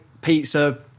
pizza